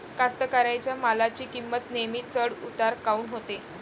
कास्तकाराइच्या मालाची किंमत नेहमी चढ उतार काऊन होते?